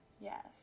yes